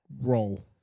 roll